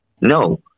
No